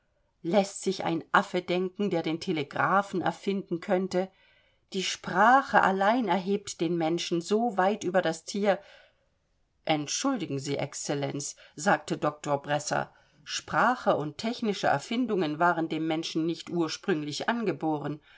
läßt sich ein affe denken der den telegraphen erfinden könnte die sprache allein erhebt den menschen so weit über das tier entschuldigen sie exzellenz sagte doktor bresser sprache und technische erfindungen waren dem menschen nicht ursprünglich angeboren